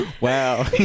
Wow